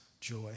joy